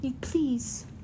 Please